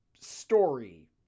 story